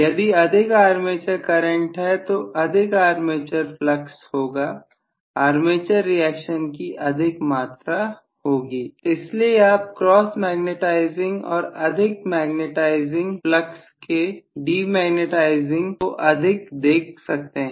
यदि अधिक armature current है तो अधिक आर्मेचर फ्लक्स होगा आर्मेचर रिएक्शन की अधिक मात्रा होगी इसलिए आप क्रॉस मैग्नेटाइजिंग और अधिक मैग्नेटाइजिंग फ्लक्स के डिमैग्नेटाइजिंग को अधिक देख सकते हैं